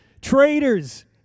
Traitors